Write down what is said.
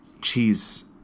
cheese